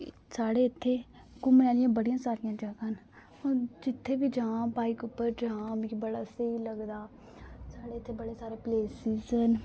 साढ़े इत्थै घूमने आहली बड़ी सारियां जगहां ना पर जित्थै बी जां बाइक उप्पर जां मिगी बड़ा स्हेई लगदा साढ़े इत्थै बड़े सारे प्लेसिस न